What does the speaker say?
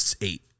Eight